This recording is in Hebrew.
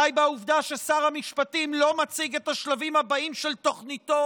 די בעובדה ששר המשפטים לא מציג את השלבים הבאים של תוכניתו